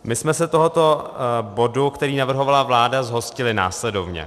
My jsme se tohoto bodu, který navrhovala vláda, zhostili následovně.